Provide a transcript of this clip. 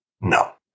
No